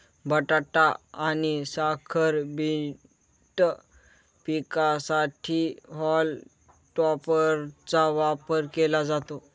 बटाटा आणि साखर बीट पिकांसाठी हॉल टॉपरचा वापर केला जातो